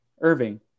Irving